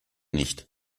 nicht